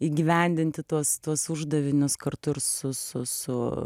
įgyvendinti tuos tuos uždavinius kartu ir su su su